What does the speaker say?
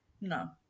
No